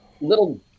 little